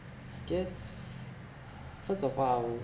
I guess first of all I wou~